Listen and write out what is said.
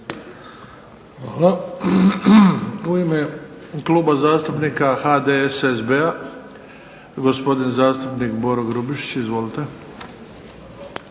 (HDZ)** U ime Kluba zastupnika HDSSB-a gospodin zastupnik Boro Grubišić. Izvolite.